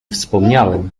wspomniałem